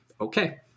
okay